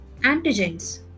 antigens